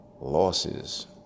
losses